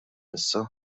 issa